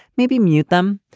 maybe mute them,